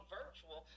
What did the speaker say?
virtual